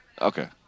Okay